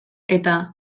eta